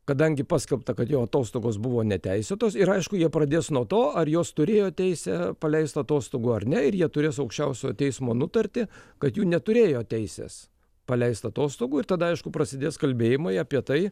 kadangi paskelbta kad jo atostogos buvo neteisėtos ir aišku jie pradės nuo to ar juos turėjo teisę paleist atostogų ar ne ir jie turės aukščiausiojo teismo nutartį kad jų neturėjo teisės paleist atostogų ir tada aišku prasidės kalbėjimai apie tai